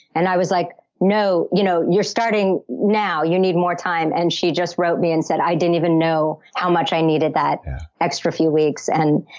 and i was like, no, you know you're starting now. you need more time. and she just wrote me and said, i didn't even know how much i needed that extra few weeks. and